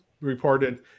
reported